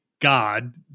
God